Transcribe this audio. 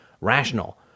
rational